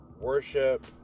Worship